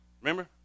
Remember